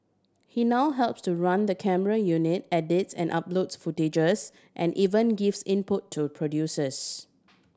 he now helps to run the camera unit edits and uploads footages and even gives input to producers